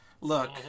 Look